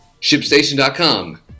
ShipStation.com